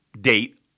date